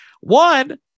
One